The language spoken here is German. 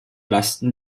lasten